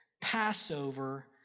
Passover